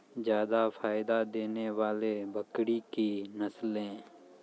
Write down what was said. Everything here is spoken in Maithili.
जादा फायदा देने वाले बकरी की नसले?